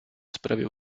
sprawie